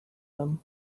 them